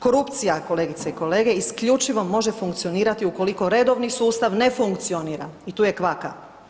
Korupcija, kolegice i kolege, isključivo može funkcionirati ukoliko redovni sustav ne funkcionira i tu je kvaka.